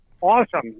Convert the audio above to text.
Awesome